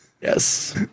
yes